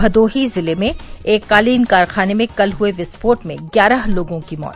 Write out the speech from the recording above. भदोही जिले में एक क़ालीन कारख़ाने में कल हुए विस्फोट में ग्यारह लोगों की मौत